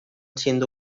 siendo